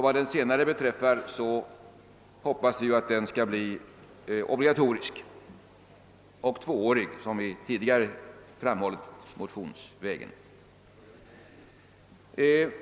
Vad den senare beträffar hoppas vi att den skall bli obligatorisk och tvåårig, som vi tidigare framhållit motionsvägen.